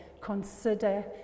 Consider